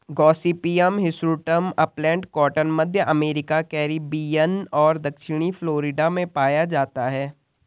Gossypium hirsutum upland cotton, मध्य America, Caribbean और दक्षिणी फ्लोरिडा में पाया जाता है